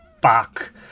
Fuck